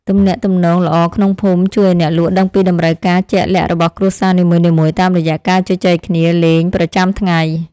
ទំនាក់ទំនងល្អក្នុងភូមិជួយឱ្យអ្នកលក់ដឹងពីតម្រូវការជាក់លាក់របស់គ្រួសារនីមួយៗតាមរយៈការជជែកគ្នាលេងប្រចាំថ្ងៃ។